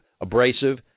abrasive